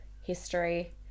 history